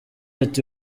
ati